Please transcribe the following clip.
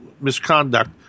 misconduct